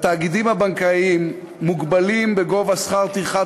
התאגידים הבנקאיים מוגבלים בגובה שכר טרחת